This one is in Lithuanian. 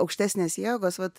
aukštesnės jėgos vat